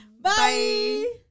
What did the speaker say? Bye